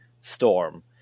storm